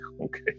okay